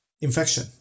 infection